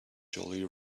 jolly